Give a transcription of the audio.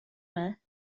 mig